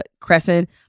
Crescent